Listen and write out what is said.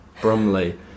Brumley